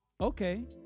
okay